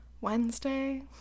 Wednesday